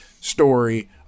story